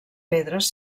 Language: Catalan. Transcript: pedres